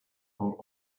for